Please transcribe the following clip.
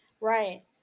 Right